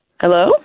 Hello